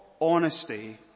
honesty